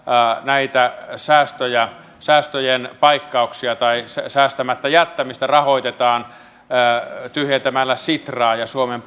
näitä säästöjen paikkauksia tai säästämättä jättämistä rahoitetaan tyhjentämällä sitraa ja suomen